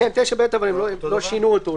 9(ב) לא שינו אותו.